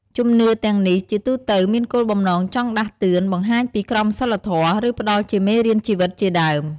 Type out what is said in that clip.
ជំនឿទាំងនេះ ជាទូទៅមានគោលបំណងចង់ដាស់តឿន បង្ហាញពីក្រមសីលធម៌ ឬផ្តល់ជាមេរៀនជីវិតជាដើម។